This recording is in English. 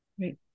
Right